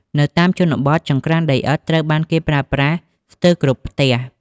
នៅតាមជនបទ ចង្ក្រានដីឥដ្ឋត្រូវបានគេប្រើប្រាស់ស្ទើរគ្រប់ផ្ទះ។